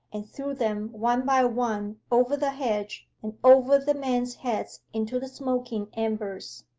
and threw them one by one over the hedge and over the men's heads into the smoking embers.